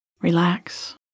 Relax